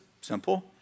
Simple